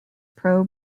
pro